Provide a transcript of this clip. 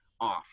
off